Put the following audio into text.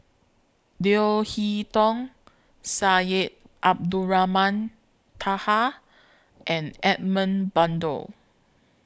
Leo Hee Tong Syed Abdulrahman Taha and Edmund Blundell